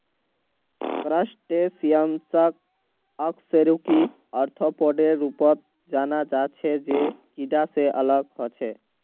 क्रस्टेशियंसक अकशेरुकी आर्थ्रोपोडेर रूपत जाना जा छे जे कीडा से अलग ह छे